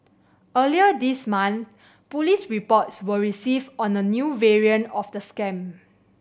earlier this month police reports were received on a new variant of the scam